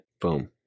Boom